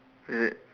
is it